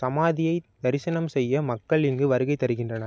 சமாதியை தரிசனம் செய்ய மக்கள் இங்கு வருகை தருகின்றனர்